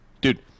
dude